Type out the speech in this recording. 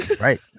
right